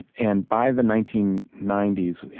and by the nineteen ninety s,